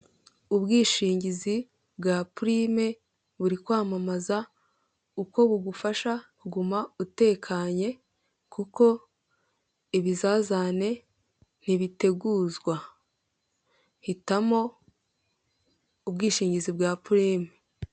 Ubwishingizi bwa purime buri kwamamaza uko bugufasha kuguma utekanye kuko ibizazane ntibiteguzwa hitamo ubwishingizi bwa purime.